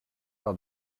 par